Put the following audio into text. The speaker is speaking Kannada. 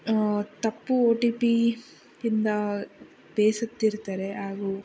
ತಪ್ಪು ಒ ಟಿ ಪಿ ಇಂದ ಬೇಸತ್ತಿರ್ತಾರೆ ಹಾಗೂ